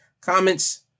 comments